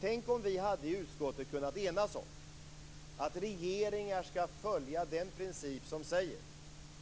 Tänk om vi i utskottet hade kunnat enas om att regeringar skall följa den princip som säger